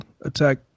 attack